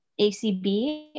ACB